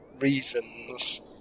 Reasons